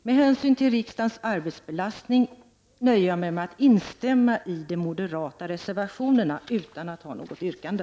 Med hänsyn till riksdagens arbetsbelastning nöjer jag mig med att instämma i de moderata reservationerna utan att göra något yrkande.